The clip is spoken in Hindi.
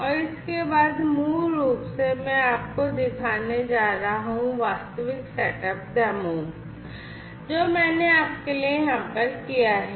और इसके बाद मूल रूप से मैं आपको दिखाने जा रहा हूं वास्तविक सेटअप डेमो जो मैंने आपके लिए यहां पर किया है